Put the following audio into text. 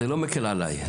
זה לא מקל עליי,